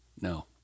no